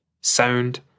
sound